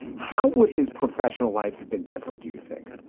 how would his professional life have been different, do you think?